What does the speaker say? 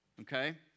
Okay